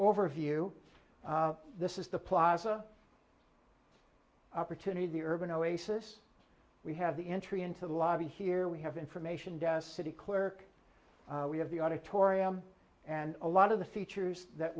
overview this is the plaza opportunity the urban oasis we have the entry into the lobby here we have information desk city clerk we have the auditorium and a lot of the features that